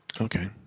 Okay